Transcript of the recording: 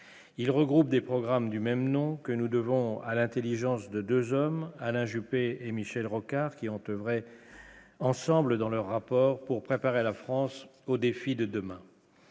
il regroupe des programmes du même nom que nous devons à l'Intelligence de 2 hommes, Alain Juppé et Michel Rocard qui ont oeuvré ensemble dans leur rapport, pour préparer la France aux défis de demain.